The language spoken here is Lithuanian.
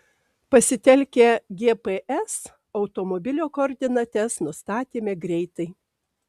pasitelkę gps automobilio koordinates nustatėme greitai